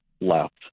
left